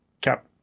cap